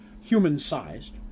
human-sized